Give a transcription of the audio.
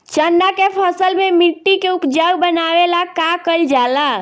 चन्ना के फसल में मिट्टी के उपजाऊ बनावे ला का कइल जाला?